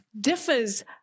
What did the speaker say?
differs